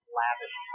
lavish